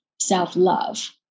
self-love